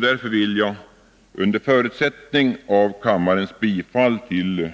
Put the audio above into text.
Därför vill jag — under förutsättning av kammarens bifall till